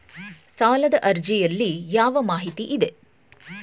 ಸಾಲದ ಅರ್ಜಿಯಲ್ಲಿ ಯಾವ ಮಾಹಿತಿ ಇದೆ?